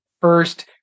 first